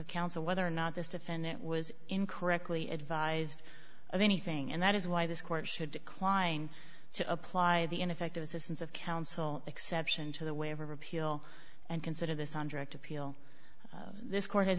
of counsel whether or not this defendant was incorrectly advised of anything and that is why this court should decline to apply the ineffective assistance of counsel exception to the way of appeal and consider this on direct appeal this court has